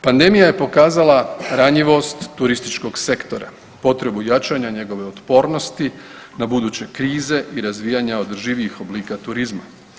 Pandemija je pokazala ranjivost turističkog sektora, potrebu jačanja njegove otpornosti na buduće krize i razvijanja održivijih oblika turizma.